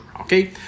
okay